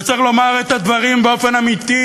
וצריך לומר את הדברים באופן אמיתי.